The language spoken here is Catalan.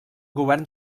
govern